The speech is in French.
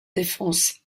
défense